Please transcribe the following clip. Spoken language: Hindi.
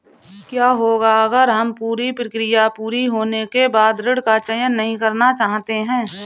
क्या होगा अगर हम पूरी प्रक्रिया पूरी होने के बाद ऋण का चयन नहीं करना चाहते हैं?